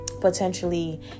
potentially